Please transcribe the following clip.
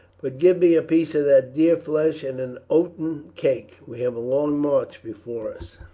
but give me a piece of that deer flesh and an oaten cake we have a long march before us.